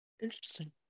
Interesting